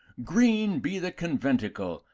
green be the conventicle,